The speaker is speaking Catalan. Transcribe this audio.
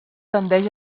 tendeix